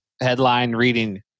headline-reading